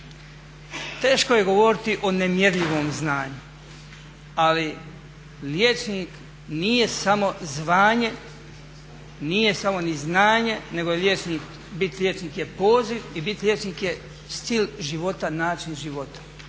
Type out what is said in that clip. Teško je govoriti o nemjerljivom zvanju, a liječnik nije samo zvanje, nije samo ni znanje, nego biti liječnik je poziv i biti liječnik je stil života i način života.